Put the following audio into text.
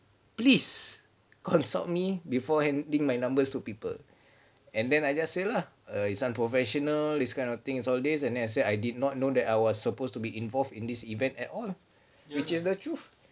please consult me before handing my numbers to people and then I just say lah err it's unprofessional this kind of thing all these then I said I did not know that I was supposed to be involved in this event at all which is the truth